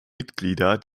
mitglieder